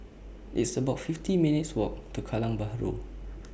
It's about fifty minutes' Walk to Kallang Bahru